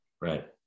Right